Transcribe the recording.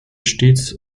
stets